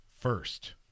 first